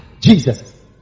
Jesus